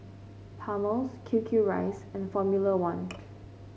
Palmer's Q Q rice and Formula One